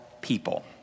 people